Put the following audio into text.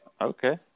okay